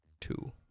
Two